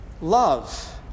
love